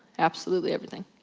absolutely everything.